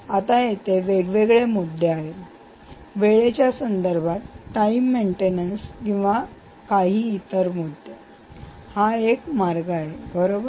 आता इथे वेगवेगळे मुद्दे आहे आहेत वेळेच्या संदर्भात टाईम मेंटेनन्स किंवा काही इतर मुद्दे हा एक मार्ग आहे बरोबर